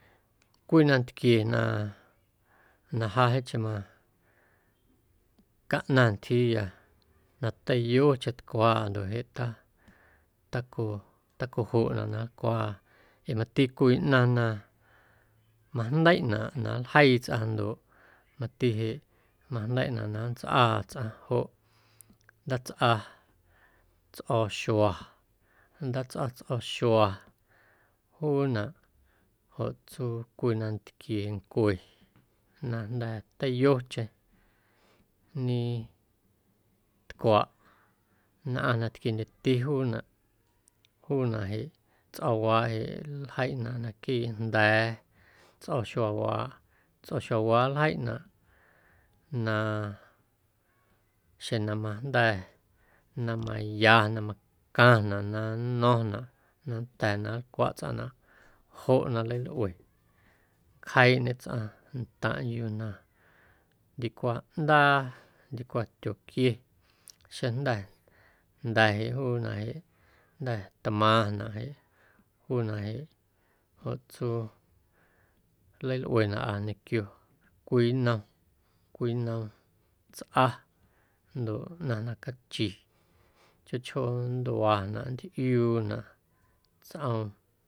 Cwii nantquie na na ja jeeⁿcheⁿ macaꞌnaⁿ ntyjiiya na teiyocheⁿ tcwaaꞌ ndoꞌ ta taco tacojunaꞌ na nlcwaaꞌa ee mati cwii ꞌnaⁿ na majndeiꞌnaꞌ na nljeii tsꞌaⁿ ndoꞌ mati jeꞌ majndeiꞌnaꞌ na nntsꞌaa tsꞌaⁿ joꞌ ndaatsꞌa tsꞌo̱o̱xua, ndaatsꞌa tsꞌo̱o̱xua juunaꞌ joꞌ tsuu cwii nantquiencue na jnda̱ teiyocheⁿ ñetcwaꞌ nnꞌaⁿ na tquiendyeti juunaꞌ, juunaꞌ jeꞌ tsꞌo̱o̱waaꞌ jeꞌ nljeiꞌnaꞌ naquiiꞌ jnda̱a̱ tsꞌo̱o̱xuawaaꞌ, tsꞌo̱o̱xuawaaꞌ nljeiꞌnaꞌ na xeⁿ na majnda̱ na maya na macaⁿnaꞌ na nno̱ⁿnaꞌ na nnda̱a̱ na nlcwaꞌ tsꞌaⁿnaꞌ joꞌ na nlalꞌue nncjeiiꞌñe tsꞌaⁿ ntaⁿꞌ yuu na ndicwa ꞌndaa ndicwa tyoquie xeⁿjnda̱ jnda̱ jeꞌ juunaꞌ jeꞌ jnda̱ tmaⁿnaꞌ jeꞌ juunaꞌ jeꞌ joꞌ tsuu nleilꞌuenaꞌa ñequio cwii cwii nnom tsꞌa ndoꞌ ꞌnaⁿ na cachi chjoo chjoo nntuanaꞌ nntꞌiuunaꞌ tsꞌom.